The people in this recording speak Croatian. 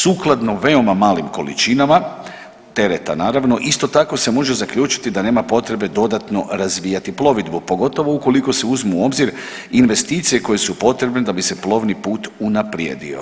Sukladno veoma malim količinama tereta naravno isto tako se može zaključiti da nema potrebe dodatno razvijati plovidbu, pogotovo ukoliko se uzmu u obzir investicije koje su potrebne da bi se plovni put unaprijedio.